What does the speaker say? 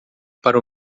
para